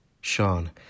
Sean